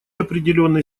определенный